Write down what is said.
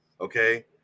Okay